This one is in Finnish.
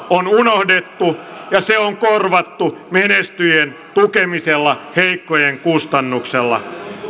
on unohdettu ja se on korvattu menestyjien tukemisella heikkojen kustannuksella